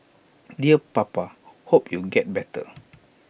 dear papa hope you get better